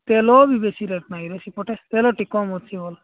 ତେଲ ବି ବେଶି ରେଟ୍ ନାହିଁରେ ସେପଟେ ତେଲ ତେଲ ଟିକେ କମ୍ ଅଛି ଭଲ